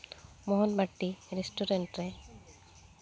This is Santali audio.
ᱢᱚᱦᱚᱱᱵᱟᱹᱴᱤ ᱨᱮᱥᱴᱩᱨᱮᱱᱴ ᱨᱮ